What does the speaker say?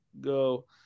go